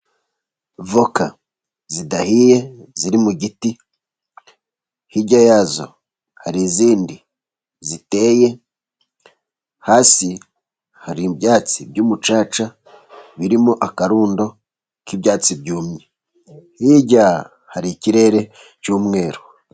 Voka zidahiye ziri mu giti, hirya yazo har'izindi ziteye, hasi har'ibyatsi by'umucaca birimo akarundo k'ibyatsi byumye, hirya har'ikirere cy'umweru.